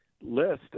list